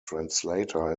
translator